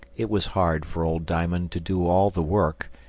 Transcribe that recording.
it was hard for old diamond to do all the work,